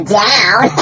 down